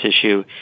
issue